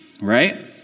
right